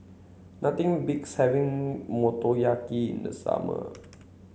nothing beats having Motoyaki in the summer